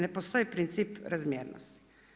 Ne postoji princip razmjernosti.